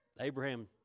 Abraham